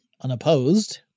unopposed